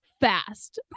fast